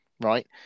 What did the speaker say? right